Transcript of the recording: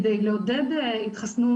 כדי לעודד התחסנות,